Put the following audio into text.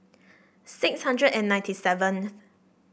six hundred and ninety seven